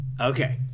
okay